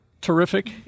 terrific